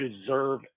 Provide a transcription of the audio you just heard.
deserve